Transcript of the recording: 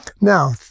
Now